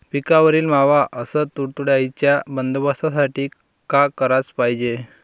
पिकावरील मावा अस तुडतुड्याइच्या बंदोबस्तासाठी का कराच पायजे?